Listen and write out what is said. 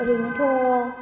ओरैनोथ'